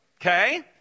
okay